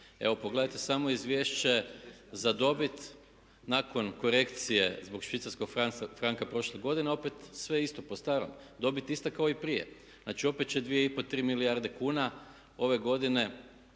Evo pogledajte samo izvješće za dobit. Nakon korekcije zbog švicarskog franka prošle godine opet sve isto po starom, dobit ista kao i prije. Znači, opet će dvije i pol, tri milijarde kuna ove godine